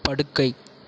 படுக்கை